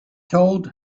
told